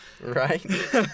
Right